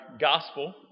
gospel